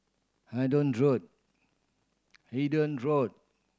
Road Hendon Road